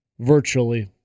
Virtually